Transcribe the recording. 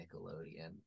Nickelodeon